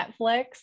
Netflix